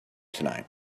tonight